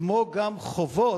כמו גם חובות